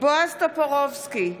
בועז טופורובסקי,